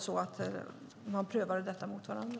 så att säga gjorde en prövning mot varandra?